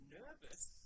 nervous